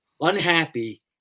unhappy